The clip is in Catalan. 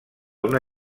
una